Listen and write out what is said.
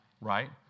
right